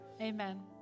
Amen